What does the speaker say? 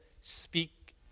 speak